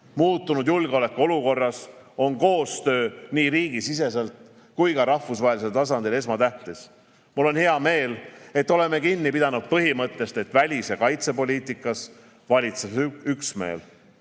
Muutunud julgeolekuolukorras on koostöö nii riigisiseselt kui ka rahvusvahelisel tasandil esmatähtis. Mul on hea meel, et oleme kinni pidanud põhimõttest, et välis- ja kaitsepoliitikas valitseb üksmeel.